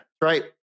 right